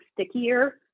stickier